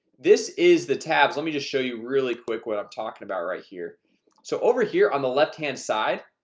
this is the tabs. let me just show you really quick what i'm talking about right here so over here on the left hand side,